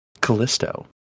Callisto